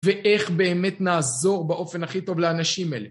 ואיך באמת נעזור באופן הכי טוב לאנשים אלה.